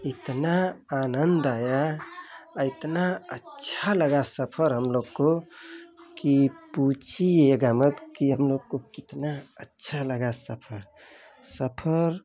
इतना आनंद आया आ इतना अच्छा लगा सफर हम लोग को कि पूछिएगा मत कि हम लोग को कितना अच्छा लगा सफर सफर